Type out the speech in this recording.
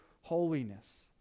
holiness